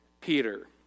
Peter